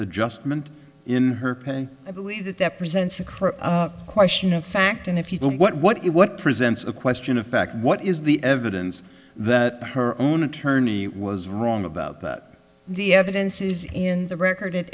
adjustment in her pain i believe that that presents a crow question of fact and if you don't what what it what presents a question of fact what is the evidence that her own attorney was wrong about that the evidence is in the record it